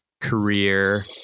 career